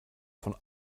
von